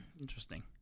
Interesting